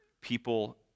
people